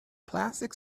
plastic